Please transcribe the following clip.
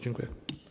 Dziękuję.